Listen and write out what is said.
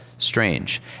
Strange